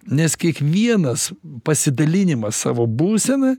nes kiekvienas pasidalinimas savo būsena